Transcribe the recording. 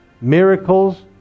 miracles